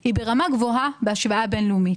היא ברמה גבוהה בהשוואה בין-לאומית.